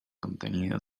contenido